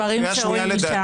דברים שרואים משם...